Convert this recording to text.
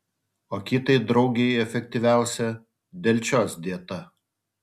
o kitai draugei efektyviausia delčios dieta